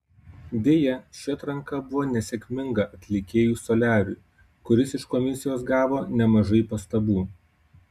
deja ši atranka buvo nesėkminga atlikėjui soliariui kuris iš komisijos gavo nemažai pastabų